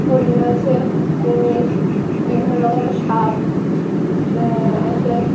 হরিণ আছে কুমির বিভিন্ন রকমের সাপ আছে